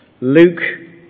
Luke